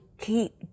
keep